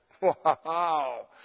Wow